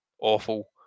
awful